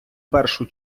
першу